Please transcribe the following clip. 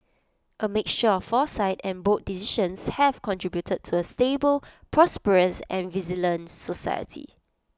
A mixture of foresight and bold decisions have contributed to A stable prosperous and resilient society